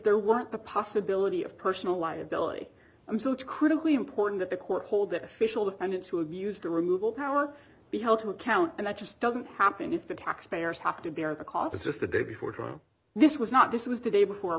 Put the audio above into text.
there weren't the possibility of personal liability i'm so it's critically important that the court hold that official defendants who abuse the removal power be held to account and that just doesn't happen if the taxpayers have to bear the cost of just the day before trial this was not this was the day before